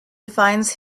defines